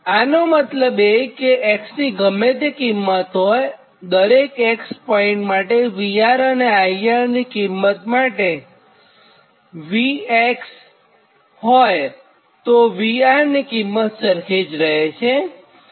આનો મતલબ એ કે x ની ગમે તે કિંમત હોયદરેક x પોઇન્ટ માટે VR અને IR ની કિંમત V માટે VR ની કિંમત સરખી રહે છે